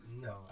No